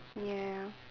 ya